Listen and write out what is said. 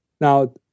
Now